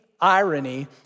irony